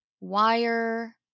wire